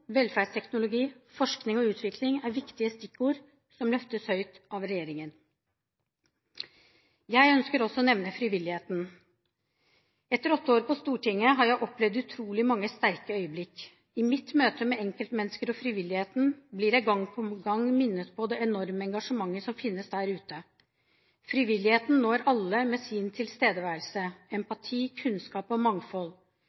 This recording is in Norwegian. velferdsteknologi, forskning og utvikling er viktige stikkord som løftes høyt av regjeringen. Jeg ønsker også å nevne frivilligheten. Etter åtte år på Stortinget har jeg opplevd utrolig mange sterke øyeblikk. I mitt møte med enkeltmennesker og frivilligheten blir jeg gang på gang minnet om det enorme engasjementet som finnes der ute. Frivilligheten når alle med sin tilstedeværelse,